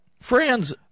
friends